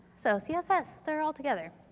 so, css, they're all together.